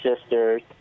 sisters